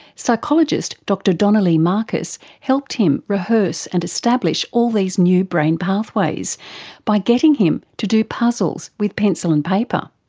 psychologist dr donalee markus helped him rehearse and establish all these new brain pathways by getting him to do puzzles with pencil and paper.